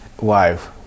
wife